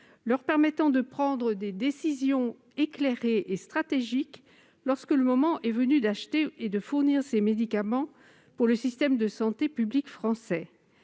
leur permettant de prendre des décisions éclairées et stratégiques, lorsque le moment est venu d'acheter et de fournir ces médicaments au système de santé publique français.